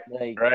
right